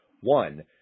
One